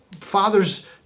father's